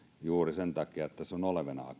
juuri sen takia että tässä on olevinaan